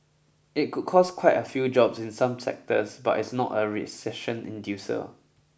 it could cost quite a few jobs in some sectors but it's not a recession inducer